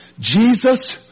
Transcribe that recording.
Jesus